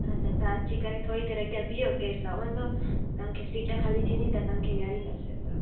हा त तव्हां अची करे थोरी देरि अॻियां बीहो केरु लहंदो तव्हांखे सीट ख़ाली थींदी त तव्हांखे वेहारींदासीं असां